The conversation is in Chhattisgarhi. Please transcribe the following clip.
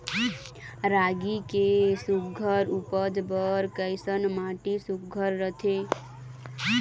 रागी के सुघ्घर उपज बर कैसन माटी सुघ्घर रथे?